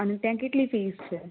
અને ત્યાં કેટલી ફિસ છે